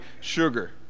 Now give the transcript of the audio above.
sugar